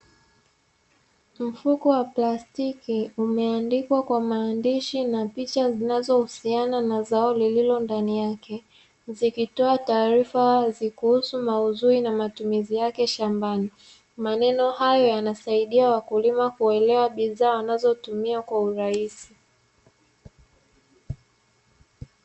Mfuko wa plastiki umeandikwa kwa maandishi na picha zinazohusiana na zao lililo ndani yake. Zikitoa taarifa wazi kuhusu maudhui na matumizi yake shambani. Maneno hayo yanasaidia wakulima kuelewa bidhaa wanazotumia kwa urahisi.